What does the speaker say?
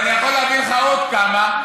ואני יכול להביא לך עוד כמה,